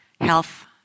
health